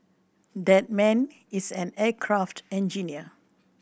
that man is an aircraft engineer